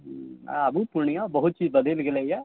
आबू पूर्णिया बहुत चीज बदलि गेलयए